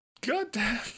goddamn